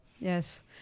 yes